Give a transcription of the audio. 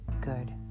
good